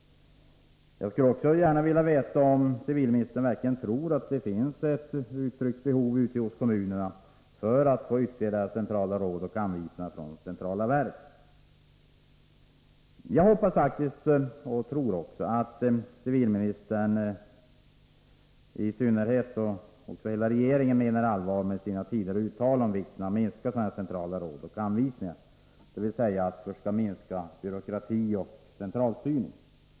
Jag skulle också gärna vilja veta om civilministern verkligen menar att det finns ett uttryckt behov från kommunerna av att få ytterligare råd och anvisningar från centrala verk. Jag hoppas och tror faktiskt att civilministern i synnerhet och hela regeringen menar allvar med sina tidigare uttalanden om vikten av att minska på sådana centrala råd och anvisningar, dvs. försöka inskränka byråkrati och centralstyrning.